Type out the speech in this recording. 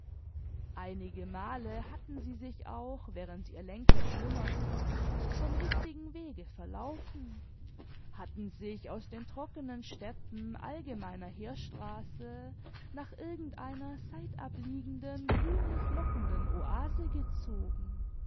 einigemale hatten sie sich auch während ihr lenker schlummerte vom richtigen wege verlaufen hatten sich aus den trockenen steppen allgemeiner heerstraße nach irgend einer seitab liegenden grünlich lockenden oase gezogen